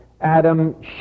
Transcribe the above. Adam